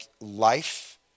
life